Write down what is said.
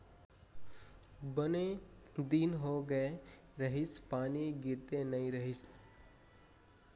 बने दिन हो गए रहिस, पानी गिरते नइ रहिस